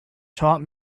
taught